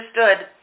understood